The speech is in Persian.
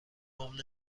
گـم